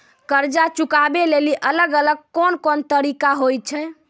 कर्जा चुकाबै लेली अलग अलग कोन कोन तरिका होय छै?